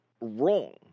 wrong